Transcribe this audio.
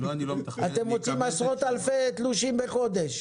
אתם מוציאים עשרות אלפי תלושים בחודש,